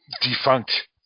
defunct